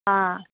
हा